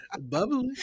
bubbly